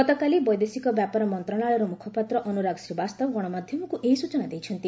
ଗତକାଲି ବୈଦେଶିକ ବ୍ୟାପାର ମନ୍ତ୍ରଣାଳୟର ମୁଖପାତ୍ର ଅନୁରାଗ ଶ୍ରୀବାସ୍ତବ ଗଣମାଧ୍ୟମକୁ ଏହି ସୂଚନା ଦେଇଛନ୍ତି